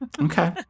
Okay